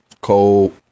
cold